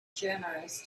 generous